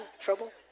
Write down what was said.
Trouble